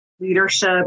leadership